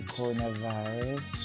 Coronavirus